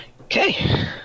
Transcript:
Okay